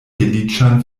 feliĉan